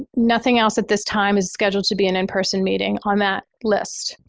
nothing else at this time is scheduled to be an in-person meeting on that list.